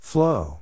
Flow